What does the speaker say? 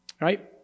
Right